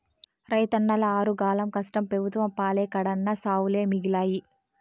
రైతన్నల ఆరుగాలం కష్టం పెబుత్వం పాలై కడన్నా సావులే మిగిలాయి